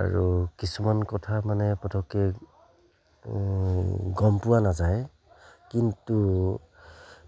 আৰু কিছুমান কথা মানে পটককৈ গম পোৱা নাযায় কিন্তু